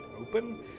open